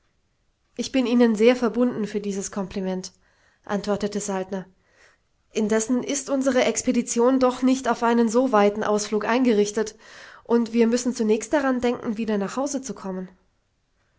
ich bin ihnen sehr verbunden für dieses kompliment antwortete saltner indessen ist unsere expedition doch nicht auf einen so weiten ausflug eingerichtet und wir müssen zunächst daran denken wieder nach hause zu kommen